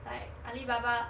like alibaba